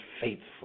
faithful